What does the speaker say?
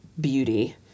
beauty